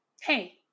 hey